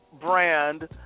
brand